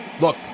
Look